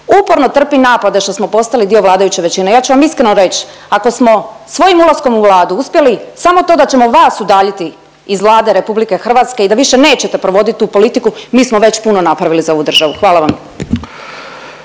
uporno trpi napade što smo postali dio vladajuće većine, ja ću vam iskreno reći, ako smo svojim ulaskom u Vladu uspjeli samo to da ćemo vas udaljiti iz Vlade RH i da više nećete provoditi tu politiku mi smo već puno napravili za ovu državu. Hvala vam.